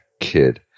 kid